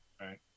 right